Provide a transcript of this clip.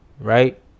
Right